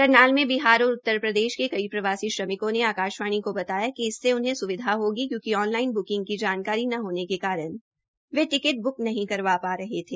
करनाल में बिहार और उत्तरप्रदेश के कई प्रवासी श्रमिकों ने आकाशवाणी को बताया कि इससे उन्हें स्विधा होगी क्योकि ऑन लाइन ब्किंग की जानकारी न होने के कारण वे टिकट ब्क नहीं करवा पर रहे थे